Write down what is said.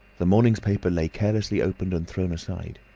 the morning's paper lay carelessly opened and thrown aside.